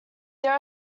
there